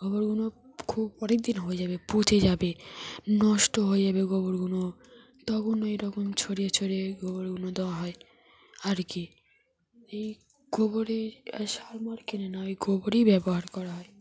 গোবরগুলো খুব অনেক দিন হয়ে যাবে পচে যাবে নষ্ট হয়ে যাবে গোবরগুলো তখন ওইরকম ছড়িয়ে ছড়িয়ে গোবরগুলো দেওয়া হয় আর কি এই গোবরে সার আর কেনে না ওই গোবরই ব্যবহার করা হয়